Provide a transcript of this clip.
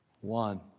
One